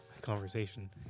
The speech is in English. conversation